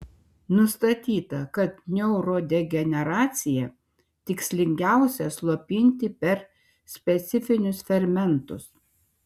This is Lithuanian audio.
nustatyta kad neurodegeneraciją tikslingiausia slopinti per specifinius fermentus